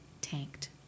tanked